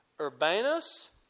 Urbanus